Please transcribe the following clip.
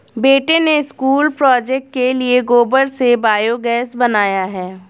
बेटे ने school project के लिए गोबर से बायोगैस बनाया है